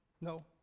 No